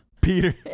Peter